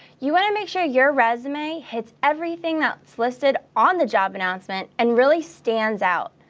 you want to make sure your resume hits everything that listed on the job announcement and really stands out.